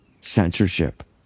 censorship